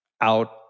out